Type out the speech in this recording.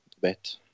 bet